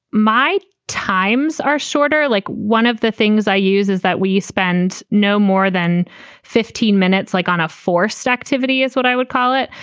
my times are shorter. like one of the things i use is that we spend no more than fifteen minutes like on a forced activity is what i would call it.